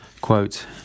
Quote